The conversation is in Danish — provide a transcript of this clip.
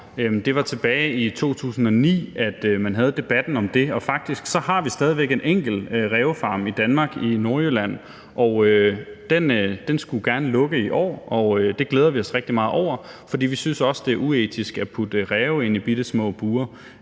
Det var tilbage i 2009, man havde debatten om det, og faktisk har vi stadig væk en enkelt rævefarm i Danmark, i Nordjylland, og den skulle gerne lukke i år, og det glæder vi os rigtig meget over. For vi synes også, det er uetisk at putte ræve ind i bittesmå bure,